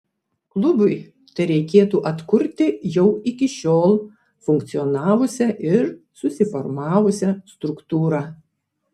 klubui tereikėtų atkurti jau iki šiol funkcionavusią ir susiformavusią struktūrą